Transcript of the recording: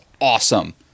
awesome